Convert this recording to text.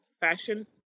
fashion